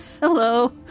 Hello